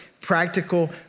practical